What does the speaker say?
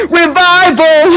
revival